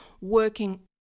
working